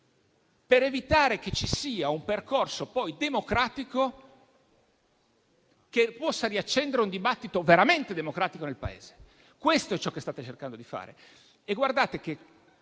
per evitare che poi ci sia un percorso democratico che possa riaccendere un dibattito veramente democratico nel Paese. Questo è ciò che state cercando di fare.